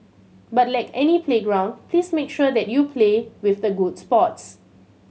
but like any playground please make sure that you play with the good sports